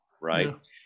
Right